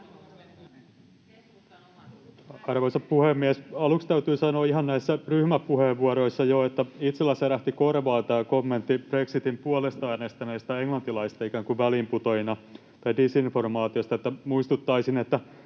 Arvoisa puhemies! Aluksi täytyy sanoa, että ihan ryhmäpuheenvuoroissa jo itsellä särähti korvaan kommentti brexitin puolesta äänestäneistä englantilaisista ikään kuin väliinputoajina tai disinformaatiosta. Muistuttaisin, että